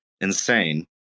insane